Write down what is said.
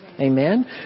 Amen